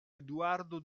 eduardo